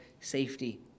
safety